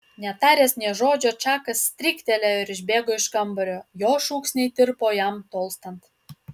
netaręs nė žodžio čakas stryktelėjo ir išbėgo iš kambario jo šūksniai tirpo jam tolstant